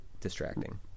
distracting